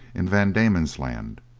in van diemen's land,